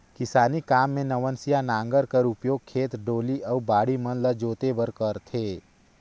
किसानी काम मे नवनसिया नांगर कर उपियोग खेत, डोली अउ बाड़ी मन ल जोते बर करथे